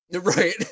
Right